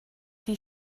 die